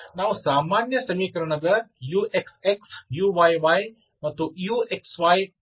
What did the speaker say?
ನಾವು ಸಾಮಾನ್ಯ ಸಮೀಕರಣದ uxx uyy ಮತ್ತು uxy ಗಳನ್ನು ಹೊಂದಿದ್ದೇವೆ